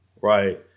right